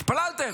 התפללתם.